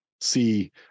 see